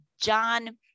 John